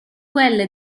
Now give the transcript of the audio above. quelle